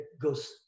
goes